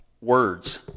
words